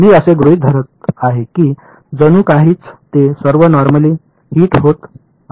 मी असे गृहीत धरत आहे की जणू काहीच ते सर्व नॉर्मली हिट होत आहे